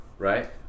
Right